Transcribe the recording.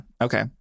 Okay